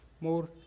more